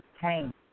came